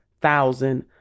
thousand